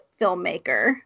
filmmaker